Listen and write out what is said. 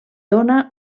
dóna